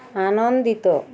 ଆନନ୍ଦିତ